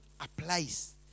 applies